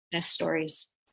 stories